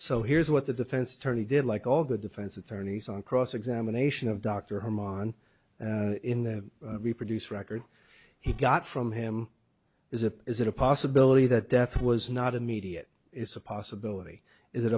so here's what the defense attorney did like all the defense attorneys on cross examination of dr home on in the reproduced record he got from him is a is it a possibility that death was not immediate it's a possibility is it